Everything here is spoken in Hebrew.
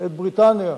את בריטניה,